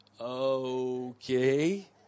Okay